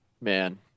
man